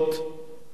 אבל יש התנגדות